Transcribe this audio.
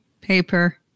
paper